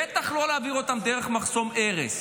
בטח שלא להעביר אותן דרך מחסום ארז,